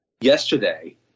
yesterday